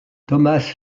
thomas